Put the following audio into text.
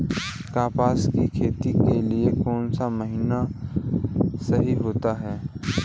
कपास की खेती के लिए कौन सा महीना सही होता है?